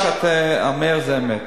שאתה אומר זה אמת.